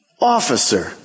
officer